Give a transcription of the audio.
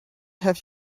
have